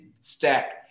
stack